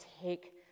take